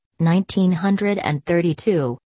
1932